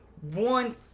one